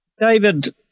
David